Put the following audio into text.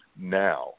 now